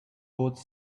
both